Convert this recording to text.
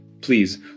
Please